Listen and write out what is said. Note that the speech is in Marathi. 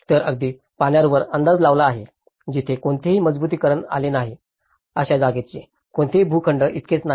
तर अगदी पाण्यावरच अंदाज लावला आहे जिथे कोणतेही मजबुतीकरण आले नाही अशा जागेचे कोणतेही भूखंड इतकेच नाही